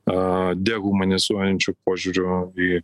a dehumanizuojančiu požiūriu į